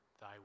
thy